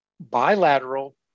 bilateral